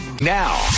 Now